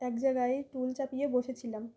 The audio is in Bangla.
এক জায়গায় টুল চাপিয়ে বসেছিলাম